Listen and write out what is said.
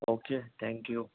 okay thank you